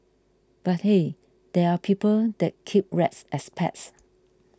but hey there are people that keep rats as pets